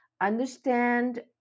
Understand